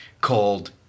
called